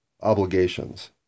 obligations